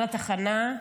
על התחנה.